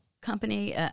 company